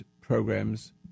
programs